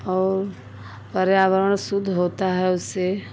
और पर्यावरण शुद्ध होता है उससे